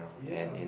yeah